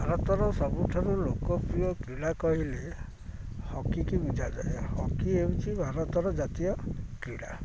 ଭାରତର ସବୁଠାରୁ ଲୋକପ୍ରିୟ କ୍ରୀଡ଼ା କହିଲେ ହକିକି ବୁଝାଯାଏ ହକି ହେଉଛି ଭାରତର ଜାତୀୟ କ୍ରୀଡ଼ା